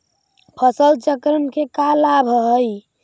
फसल चक्रण के का लाभ हई?